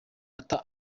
ata